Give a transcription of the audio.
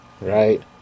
Right